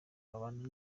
babana